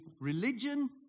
religion